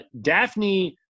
Daphne